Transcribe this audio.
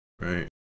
right